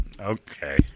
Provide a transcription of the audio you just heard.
Okay